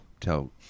Tell